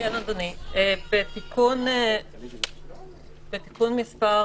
בתיקון מס'